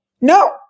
No